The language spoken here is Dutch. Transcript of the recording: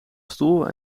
stoel